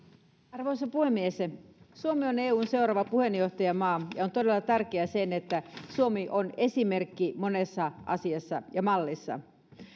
arvoisa puhemies suomi on eun seuraava puheenjohtajamaa ja on todella tärkeää että suomi on esimerkki monessa asiassa ja mallissa